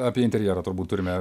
apie interjerą turbūt turime